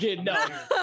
no